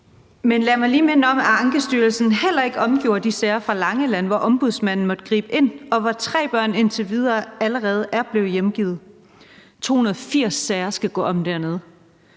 Men lad mig lige minde om, at Ankestyrelsen heller ikke omgjorde de sager fra Langeland, hvor Ombudsmanden måtte gribe ind, og hvor tre børn indtil videre allerede er blevet hjemgivet. 280 sager skal gå om dernede.